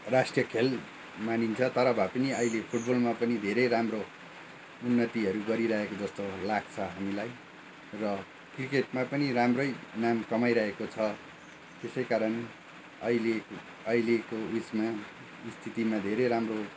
राष्ट्रिय खेल मानिन्छ तर भए पनि अहिले फुटबलमा पनि धेरै राम्रो उन्नतिहरू गरिरहेको जस्तो लाग्छ हामीलाई र क्रिकेटमा पनि राम्रै नाम कमाइरहेको छ त्यसै कारण अहिलेको अहिलेको उसमा स्थितिमा धेरै राम्रो